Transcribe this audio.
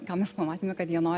ką mes pamatėme kad jie nori